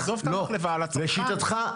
לשיטתך,